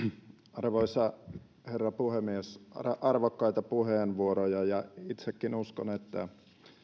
arvoisa herra puhemies arvokkaita puheenvuoroja ja itsekin uskon että